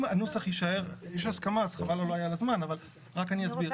יש הסכמה אז אולי חבל על הזמן אבל אני אסביר.